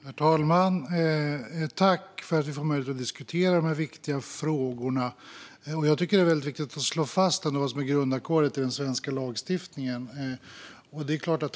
Herr talman! Jag tackar för möjligheten att diskutera dessa viktiga frågor. Jag tycker att det är väldigt viktigt att slå fast vad som är grundackordet i den svenska lagstiftningen.